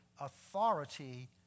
authority